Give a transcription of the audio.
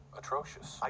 atrocious